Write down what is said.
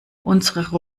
unsere